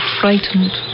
frightened